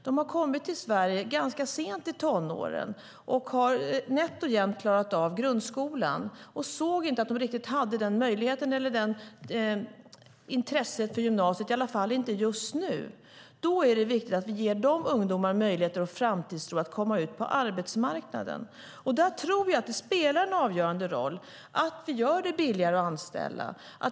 De har kommit till Sverige ganska sent i tonåren och har nätt och jämnt klarat av grundskolan och har inte intresse för gymnasiet, i alla fall inte just nu. Det är viktigt att vi ger de ungdomarna möjligheter och framtidstro genom att de kan komma ut på arbetsmarknaden. Där tror jag att det spelar en avgörande roll att vi gör det billigare att anställa.